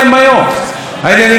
העניינים שנוגעים לוואלה,